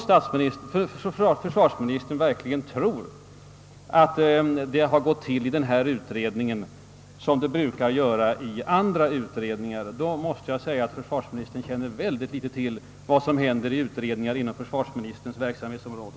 Om försvarsministern verkligen tror att det som nu skett i vår utredning motsvarar vad som brukar ske i andra utredningar, måste jag konstatera att försvarsministern mycket litet känner till vad som händer i utredningar inom försvarsministerns verksamhetsområde.